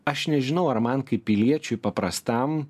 aš nežinau ar man kaip piliečiui paprastam